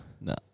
No